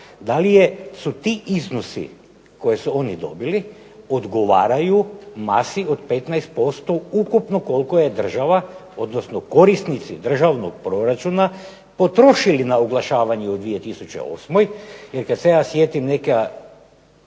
da li su ti iznosi koji su oni dobili odgovaraju masi od 15% ukupno koliko je država, odnosno korisnici državnog proračuna potrošili na oglašavanje u 2008. Jer kada se ja sjetim neka